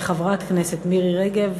וחברת הכנסת מירי רגב,